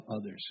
others